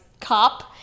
cop